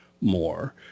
more